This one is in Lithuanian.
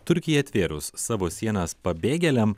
turkijai atvėrus savo sienas pabėgėliam